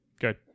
good